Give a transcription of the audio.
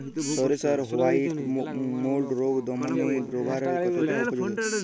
সরিষার white mould রোগ দমনে রোভরাল কতটা উপযোগী?